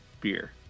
beer